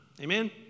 Amen